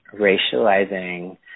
racializing